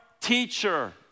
teacher